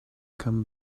come